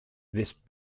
this